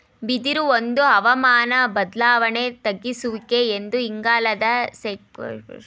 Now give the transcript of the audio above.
ಬಿದಿರು ಒಂದು ಹವಾಮಾನ ಬದ್ಲಾವಣೆ ತಗ್ಗಿಸುವಿಕೆ ಮತ್ತು ಇಂಗಾಲದ ಸೀಕ್ವೆಸ್ಟ್ರೇಶನ್ ಬೆಳೆ ಆಗೈತೆ